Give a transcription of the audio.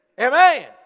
Amen